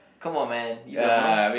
come on man you don't know